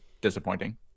disappointing